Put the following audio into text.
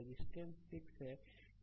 resistance 6 है